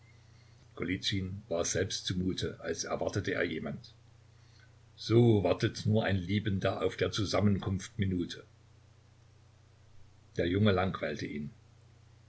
war es selbst zu mute als erwartete er jemand so wartet nur ein liebender auf der zusammenkunft minute der junge langweilte ihn